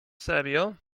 serio